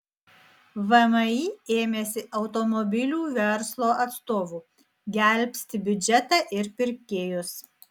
vmi ėmėsi automobilių verslo atstovų gelbsti biudžetą ir pirkėjus